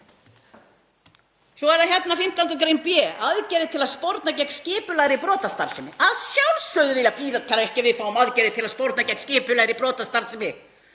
Svo er það hérna 15. gr. b, aðgerðir til að sporna gegn skipulagðri brotastarfsemi. Að sjálfsögðu vilja Píratar ekki að við fáum aðgerðir til að sporna gegn skipulagðri brotastarfsemi,